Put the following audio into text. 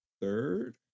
third